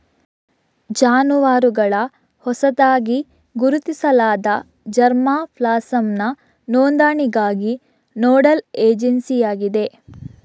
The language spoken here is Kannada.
ಜಾನುವಾರುಗಳ ಹೊಸದಾಗಿ ಗುರುತಿಸಲಾದ ಜರ್ಮಾ ಪ್ಲಾಸಂನ ನೋಂದಣಿಗಾಗಿ ನೋಡಲ್ ಏಜೆನ್ಸಿಯಾಗಿದೆ